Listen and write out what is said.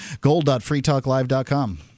gold.freetalklive.com